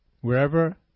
wherever